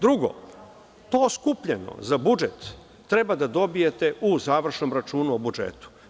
Drugo, to skupljeno za budžet treba da dobijete u završnom računu o budžetu.